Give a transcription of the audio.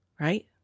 Right